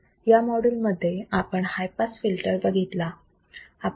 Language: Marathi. या माॅड्यूल मध्ये आपण हाय पास फिल्टर बघितला